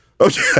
Okay